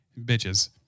Bitches